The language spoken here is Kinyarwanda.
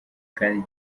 kandi